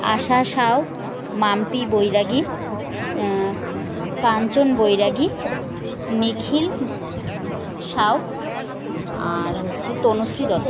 আশা সাউ মাম্পি বৈরাগী কাঞ্চন বৈরাগী নিখিল সাউ আর হচ্ছে তনুশ্রী দত্ত